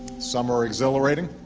some are exhilarating,